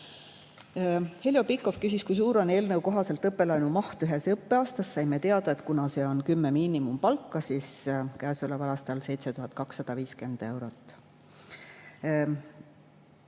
Heljo Pikhof küsis, kui suur on eelnõu kohaselt õppelaenu maht ühes õppeaastas. Saime teada, et kuna see on 10 miinimumpalka, siis käesoleval aastal on see 7250 eurot.